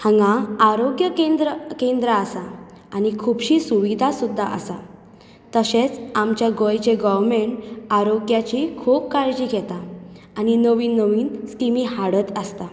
हांगा आरोग्य केंद्र केंद्रां आसा आनी खुबशी सुविधा सुद्दां आसा तशेंच आमच्या गोंयचें गोवमॅण आरोग्याची खूब काळजी घेता आनी नवीन नवीन स्किमी हाडत आसता